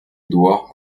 édouard